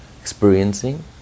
experiencing